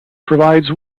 provides